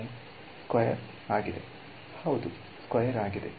ವಿದ್ಯಾರ್ಥಿ ಸ್ಕ್ವೇರ್ ಆಗಿದೆ ಹೌದು ಸ್ಕ್ವೇರ್ ಆಗಿದೆ